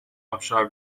ابشار